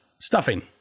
stuffing